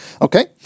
Okay